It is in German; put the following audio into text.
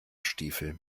stiefel